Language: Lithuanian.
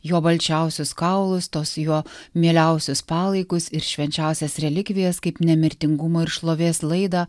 jo balčiausius kaulus tos jo mieliausius palaikus ir švenčiausias relikvijas kaip nemirtingumo ir šlovės laidą